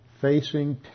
facing